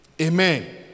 Amen